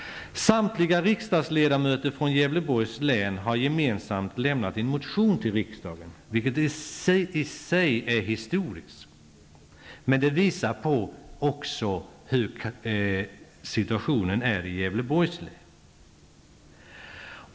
Samtliga riksdagsledamöter från Gävleborgs län har gemensamt lämnat en motion till riksdagen, vilket i sig är historiskt. Det visar också på hurdan situationen är i Gävleborgs län.